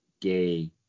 gay